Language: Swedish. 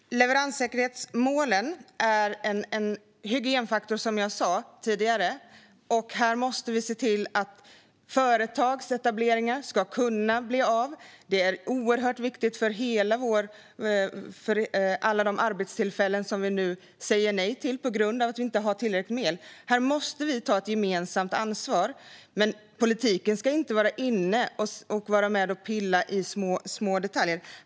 Fru talman! Leveranssäkerhetsmålen är en hygienfaktor, som jag sa tidigare. Här måste vi se till att företagsetableringar kan bli av. Det är oerhört viktigt för alla de arbetstillfällen som vi nu säger nej till på grund av att vi inte har tillräckligt med el. Här måste vi ta ett gemensamt ansvar, men politiken ska inte pilla i små detaljer.